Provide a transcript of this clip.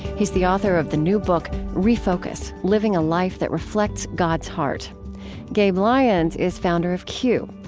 he's the author of the new book refocus living a life that reflects god's heart gabe lyons is founder of q.